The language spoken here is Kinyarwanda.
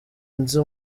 nzi